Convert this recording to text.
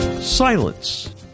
Silence